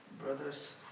Brothers